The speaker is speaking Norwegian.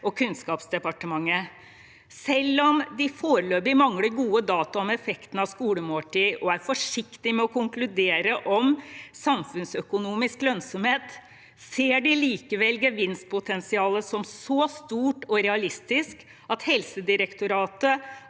og Kunnskapsde partementet. Selv om Helsedirektoratet foreløpig mangler gode data om effektene av skolemåltid, og er forsiktig med å konkludere om samfunnsøkonomisk lønnsomhet, ser de likevel gevinstpotensialet som så stort og realistisk at de anbefaler